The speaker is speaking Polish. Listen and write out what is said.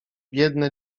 biedne